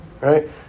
right